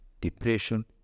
depression